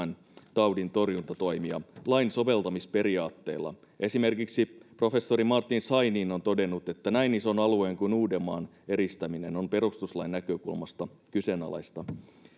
taudin torjuntatoimia lain soveltamisperiaatteella esimerkiksi professori martin scheinin on todennut että näin ison alueen kuin uudenmaan eristäminen on perustuslain näkökulmasta kyseenalaista